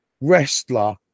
wrestler